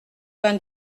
vingt